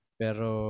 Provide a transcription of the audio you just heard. pero